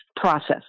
process